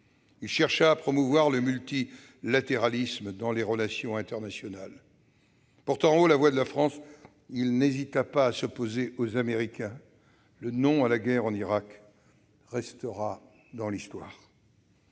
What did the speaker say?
Il chercha à promouvoir le multilatéralisme dans les relations internationales. Portant haut la voix de la France, il n'hésita pas à s'opposer aux Américains : le « non » à la guerre en Irak restera dans l'histoire.